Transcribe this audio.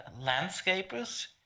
landscapers